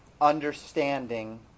understanding